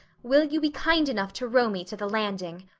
will you be kind enough to row me to the landing?